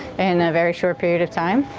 and a very short period of time